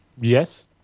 Yes